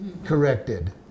Corrected